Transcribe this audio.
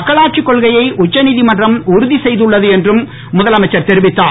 மக்களாட்சி கொள்கையை உச்சநீதிமன்றம் உறுதி செய்துள்ளது என்றும் முதலமைச்சர் தெரிவித்தார்